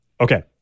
Okay